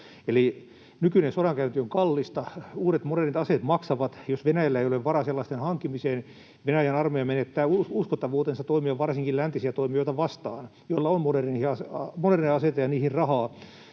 Nykyinen sodankäynti on kallista, uudet modernit aseet maksavat, ja jos Venäjällä ei ole varaa sellaisten hankkimiseen, niin Venäjän armeija menettää uskottavuutensa toimia varsinkin läntisiä toimijoita vastaan, joilla on moderneja aseita ja niihin rahaa.